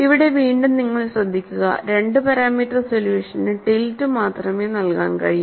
ഇവിടെ വീണ്ടും നിങ്ങൾ ശ്രദ്ധിക്കുക 2 പാരാമീറ്റർ സൊല്യൂഷന് ടിൽറ്റ് മാത്രമേ നൽകാൻ കഴിയൂ